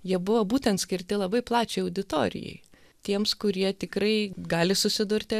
jie buvo būtent skirti labai plačiai auditorijai tiems kurie tikrai gali susidurti